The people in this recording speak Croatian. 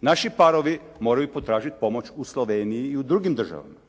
Naši parovi moraju potražiti pomoć u Sloveniji i u drugim državama.